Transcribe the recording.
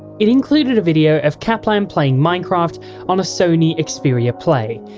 it included a video of kaplan playing minecraft on a sony xperia play,